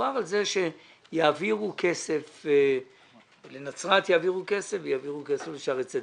מדובר על כך שיעבירו כסף לנצרת ולשערי צדק.